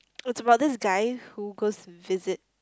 it's about this guy who goes visit